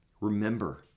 Remember